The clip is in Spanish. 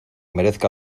merezca